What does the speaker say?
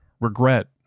regret